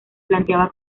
planteaba